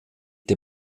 der